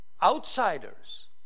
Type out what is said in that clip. outsiders